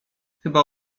chyba